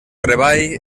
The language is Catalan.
treball